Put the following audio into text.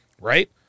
Right